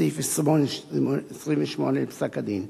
סעיף 28 לפסק-הדין.